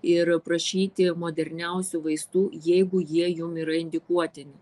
ir prašyti moderniausių vaistų jeigu jie jum yra indikuotini